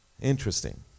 Interesting